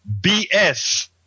BS